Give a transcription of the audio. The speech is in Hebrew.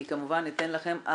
אני כמובן אתן לכם.